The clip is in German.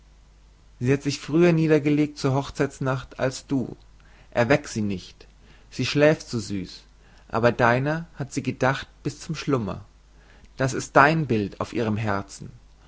sie hat sich früher niedergelegt zur hochzeitnacht als du erweck sie nicht sie schläft so süß aber deiner hat sie gedacht bis zum schlummer das ist dein bild auf ihrem herzen